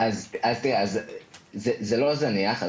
זה לא זניח.